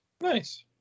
Nice